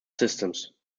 systems